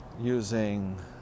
using